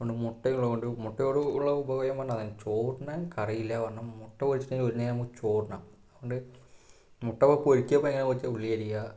അതുകൊണ്ട് മുട്ട ഉള്ളതുകൊണ്ട് മുട്ടയോട് ഉള്ള ഉപയോഗം പറഞ്ഞാൽ അതാണ് ചോറുണ്ണാൻ കറിയില്ല പറഞ്ഞാൽ മുട്ട പൊരിച്ചിട്ടെങ്കിലും ഒരുനേരം നമുക്ക് ചോറുണ്ണാം അതുകൊണ്ട് മുട്ട പൊരിക്കുക ഇപ്പം എങ്ങനെയാണെന്ന് വച്ചാൽ ഉള്ളി അരിയുക